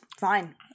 fine